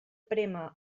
prémer